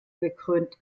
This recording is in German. gekrönt